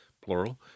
plural